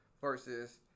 versus